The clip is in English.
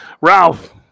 Ralph